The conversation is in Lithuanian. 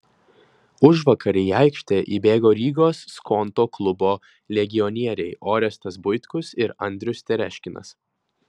užvakar į aikštę įbėgo rygos skonto klubo legionieriai orestas buitkus ir andrius tereškinas